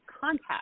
contact